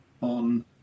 on